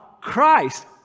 Christ